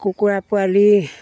কুকুৰা পোৱালি